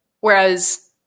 Whereas